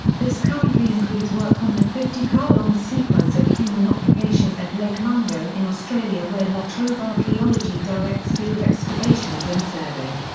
this currently includes work on the fifty ka long sequence of human occupation at lake mungo in australia where la trobe archaeology directs field excavations and survey.